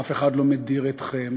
אף אחד לא מדיר אתכם.